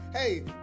Hey